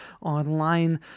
online